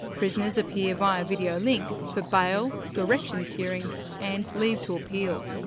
prisoners appear via videolink for bail, directions hearings, and leave to appeal.